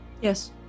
Yes